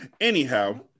Anyhow